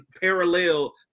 parallel